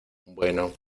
bueno